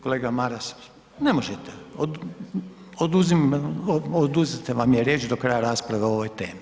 Kolega Maras, oduzeta vam je riječ do kraja rasprave o ovoj temi.